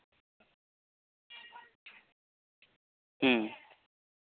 ᱦᱩᱸ